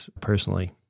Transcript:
personally